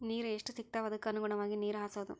ನೇರ ಎಷ್ಟ ಸಿಗತಾವ ಅದಕ್ಕ ಅನುಗುಣವಾಗಿ ನೇರ ಹಾಸುದು